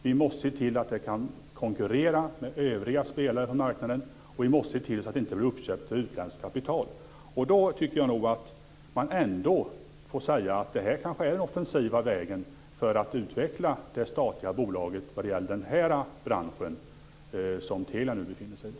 Vi måste se till att bolaget kan konkurrera med övriga spelare på marknaden, och vi måste se till att det inte blir uppköpt av utländskt kapital. Då tycker jag nog att man får säga att det här kanske är den offensiva vägen för att utveckla det statliga bolaget i den bransch som Telia befinner sig i.